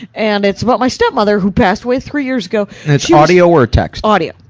and it's about my stepmother, who passed away three years ago. and it's audio or text? audio.